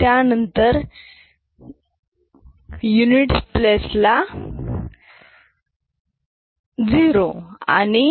त्यानंतर एककस्थानी 0 आणि